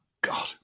God